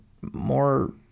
more